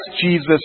Jesus